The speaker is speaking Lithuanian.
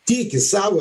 tiki savo